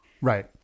Right